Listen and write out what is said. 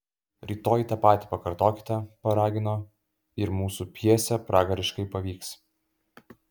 rytoj tą patį pakartokite paragino ir mūsų pjesė pragariškai pavyks